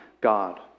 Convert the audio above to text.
God